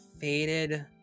faded